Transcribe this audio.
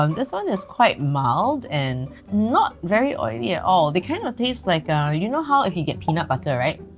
um this one is quite mild and not very oily at all. they kind of of taste like ah you know-how if you get peanut butter right,